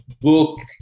book